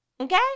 Okay